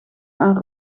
aan